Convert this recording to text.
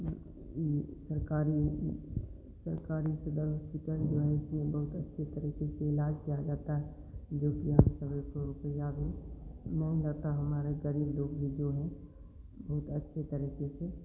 ये सरकारी सरकारी हॉस्पिटल बहुत अच्छे तरीक़े से इलाज किया जाता है जोकि लोग जो हैं बहुत अच्छे तरीक़े से